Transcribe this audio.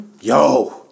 Yo